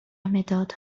مداد